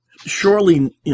surely